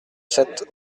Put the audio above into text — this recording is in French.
sept